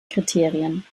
kriterien